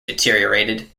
deteriorated